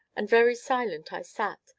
and very silent i sat,